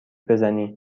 بزنی